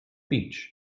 beach